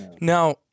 Now